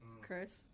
Chris